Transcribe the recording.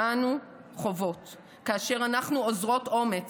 שאנו חוות כאשר אנחנו אוזרות אומץ.